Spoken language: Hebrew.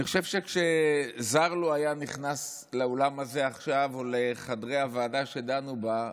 אני חושב שלו זר היה נכנס לאולם הזה עכשיו או לחדרי הוועדה שדנו בה,